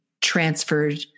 transferred